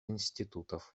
институтов